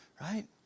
right